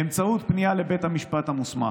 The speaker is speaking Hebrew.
באמצעות פנייה לבית המשפט המוסמך.